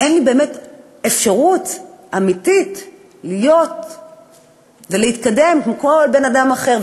ואין לי אפשרות אמיתית להיות ולהתקדם כמו כל בן-אדם אחר.